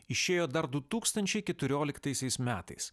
išėjo dar du tūkstančiai keturioliktaisiais metais